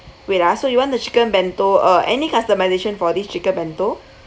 wait ah so you want the chicken bento uh any customisation for this chicken bento